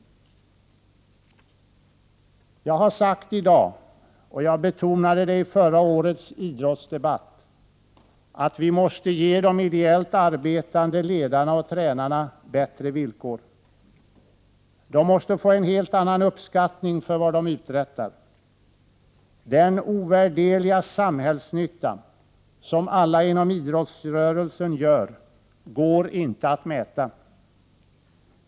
Jag har sagt i dag — och jag betonade det i förra årets idrottsdebatt — att vi måste ge de ideellt arbetande ledarna och tränarna bättre villkor. De måste få en helt annan uppskattning för vad de uträttar. Den ovärderliga samhällsnytta som görs av alla inom idrottsrörelsen går inte att mäta.